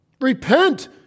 Repent